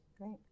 Great